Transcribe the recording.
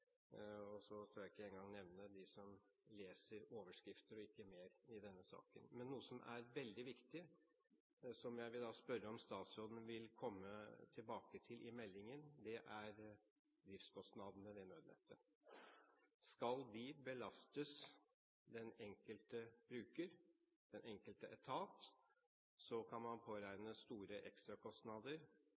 utfordring. Så skal jeg ikke engang nevne dem som leser overskrifter og ikke mer i denne saken. Men noe som er veldig viktig, som jeg vil spørre om statsråden vil komme tilbake til i meldingen, er driftskostnadene ved Nødnett. Skal de belastes den enkelte bruker, den enkelte etat, kan man påregne store ekstrakostnader?